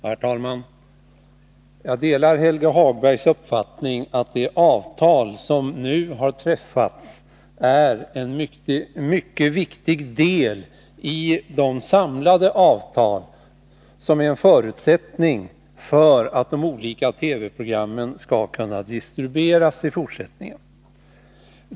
Herr talman! Jag delar Helge Hagbergs uppfattning att det avtal som nu har träffats är en mycket viktig del i de samlade avtal som är en förutsättning för att de olika TV-programmen i fortsättningen skall kunna distribueras.